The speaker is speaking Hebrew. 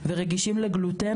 ורגישים לגלוטן,